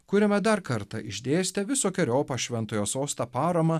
kuriame dar kartą išdėstė visokeriopą šventojo sosto paramą